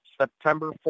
September